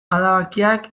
adabakiak